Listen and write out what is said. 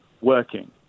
working